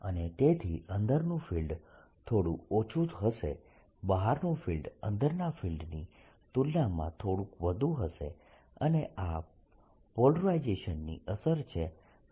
અને તેથી અંદરનું ફિલ્ડ થોડું ઓછું હશે બહારનું ફિલ્ડ અંદરના ફિલ્ડની તુલનામાં થોડુંક વધુ હશે અને આ પોલરાઇઝેશનની અસર છે